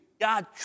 God